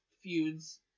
feuds